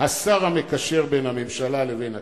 השר המקשר בין הממשלה לבין הכנסת,